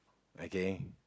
okay